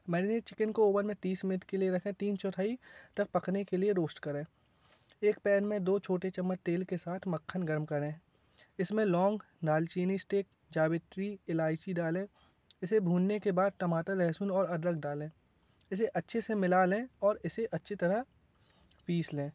marinate chicken को oven में तीस मिनट के लिए रखें तीन चौथाई तक पकने के लिए रोस्ट करें एक पैन में दो छोटे चम्मच तेल के साथ मक्खन गर्म करें इसमें लौंग दाल चिनी इस्टिक जावित्री इलाइची डालें इसे भूनने के बाद टमाटर लेहसून और अदरक डालें इसे अच्छे से मिला लें और इसे अच्छी तरह पीस लें